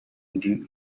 ndi